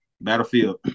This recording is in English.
battlefield